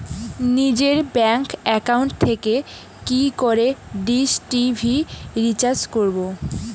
নিজের bank account থেকে কি করে ডিশ টি.ভি রিচার্জ করবো?